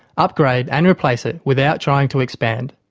upgrade and replace it without trying to expand.